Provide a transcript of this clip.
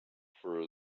for